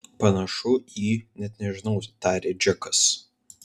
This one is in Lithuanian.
panašu į net nežinau tarė džekas